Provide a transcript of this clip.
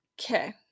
Okay